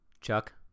chuck